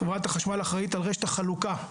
חברת החשמל אחראית על רשת החלוקה,